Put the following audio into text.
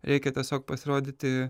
reikia tiesiog pasirodyti